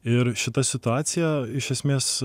ir šita situacija iš esmės